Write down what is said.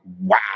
wow